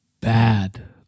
bad